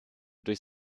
durch